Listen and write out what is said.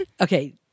Okay